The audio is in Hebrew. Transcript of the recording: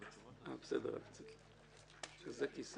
אולי שתי ישיבות, כדי שנוכל